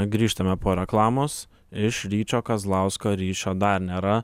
grįžtame po reklamos iš ryčio kazlausko ryšio dar nėra